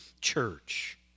church